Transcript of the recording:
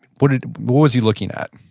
what ah was he looking at?